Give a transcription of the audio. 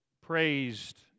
praised